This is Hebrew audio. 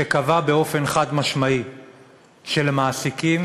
שקבע באופן חד-משמעי שלמעסיקים